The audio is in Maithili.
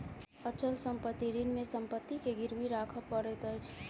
अचल संपत्ति ऋण मे संपत्ति के गिरवी राखअ पड़ैत अछि